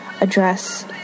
address